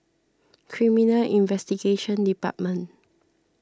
Criminal Investigation Department